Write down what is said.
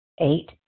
Eight